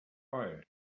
fire